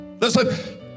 Listen